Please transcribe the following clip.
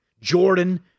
Jordan